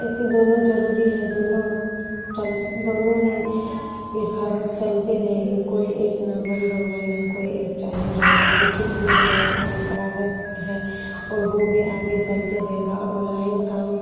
ऐसे दोनों ज़रूरी है दोनों सं दोनों ही लिखावट चलती रहेगी कोई एक ना बंद होगा न कोई एक चालू रहेगा लिखित भी हमारा परंपरागत है और वह भी आगे चलते रहेगा और ऑनलाइन काम